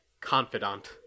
confidant